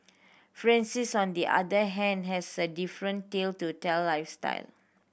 Francis on the other hand has a different tale to tell lifestyle